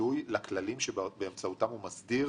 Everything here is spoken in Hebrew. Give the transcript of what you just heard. גילוי לכללים שבאמצעותם הוא מסדיר...